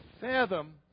fathom